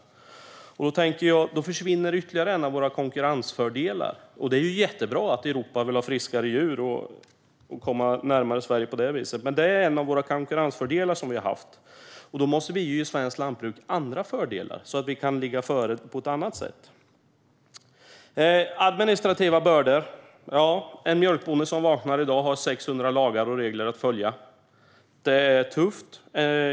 Då försvinner ytterligare en av våra konkurrensfördelar, tänker jag. Det är förstås jättebra att man i Europa vill ha friskare djur och på så sätt komma närmare Sverige. Det är dock en av de konkurrensfördelar som vi tidigare har haft. Vi måste inom svenskt lantbruk då ha andra fördelar så att vi kan ligga före på något annat sätt. Vi har även administrativa bördor. En mjölkbonde har i dag 600 lagar och regler att följa. Det är tufft.